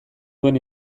duen